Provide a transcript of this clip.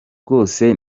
rwose